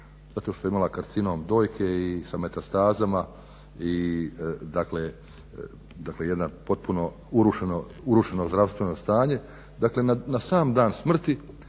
zato što je imala karcinom dojke i sa metastazama i dakle jedno potpuno urušeno zdravstveno stanje.